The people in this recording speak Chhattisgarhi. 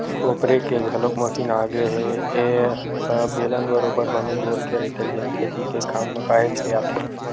कोपरे के घलोक मसीन आगे ए ह बेलन बरोबर बने गोल के रहिथे जेन खेती के काम म काहेच के आथे